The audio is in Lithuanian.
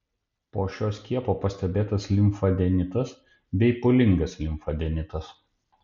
po šio skiepo pastebėtas limfadenitas bei pūlingas limfadenitas